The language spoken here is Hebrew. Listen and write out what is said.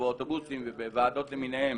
באוטובוס ובוועדות למיניהן.